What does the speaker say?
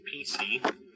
PC